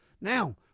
Now